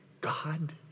God